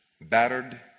battered